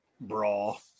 brawl